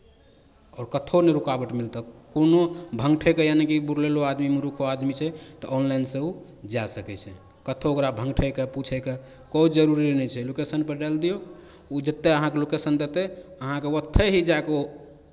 आओर कतहु नहि रुकावट मिलतह कोनो भङ्गठयके यानि बुरिलेलो आदमी मुरूखो आदमी छै तऽ ऑनलाइनसँ ओ जा सकै छै कतहु ओकरा भङ्गठयके पूछयके कोइ जरूरी नहि छै लोकेशनपर डालि दियौ ओ जेतै अहाँकेँ लोकेशन देतै अहाँकेँ ओतहि जा कऽ ओ